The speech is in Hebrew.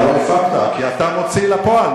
אתה לא הפקת כי אתה המוציא לפועל.